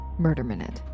murderminute